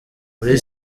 muri